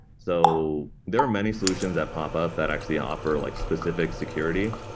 so there are many solutions that popup that actually offer like specific security.